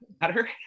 matter